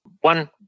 One